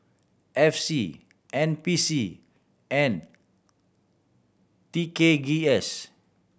F C N P C and T K G S